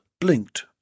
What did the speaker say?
blinked